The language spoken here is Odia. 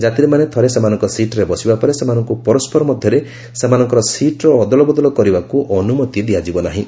ଯାତ୍ନୀମାନେ ଥରେ ସେମାନଙ୍କ ସିଟ୍ରେ ବସିବାପରେ ସେମାନଙ୍କୁ ପରସ୍କର ମଧ୍ୟରେ ସେମାନଙ୍କର ସିଟ୍ର ଅଦଳବଦଳ କରିବାକୁ ଅନୁମତି ଦିଆଯିବ ନାହିଁ